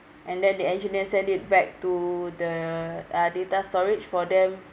and then the engineer send it back to the uh data storage for them